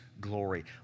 glory